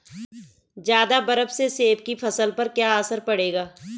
ज़्यादा बर्फ से सेब की फसल पर क्या असर पड़ेगा?